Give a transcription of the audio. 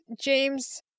James